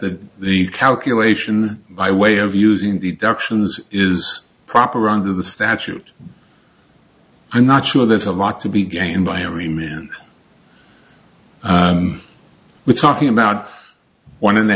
that the calculation by way of using the doctrines is proper wrong to the statute i'm not sure there's a lot to be gained by amery man we're talking about one and a